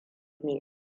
mai